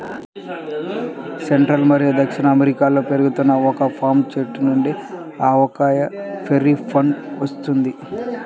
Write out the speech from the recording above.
central మరియు దక్షిణ అమెరికాలో పెరుగుతున్న ఒక పామ్ చెట్టు నుండి అకాయ్ బెర్రీ పండు వస్తుంది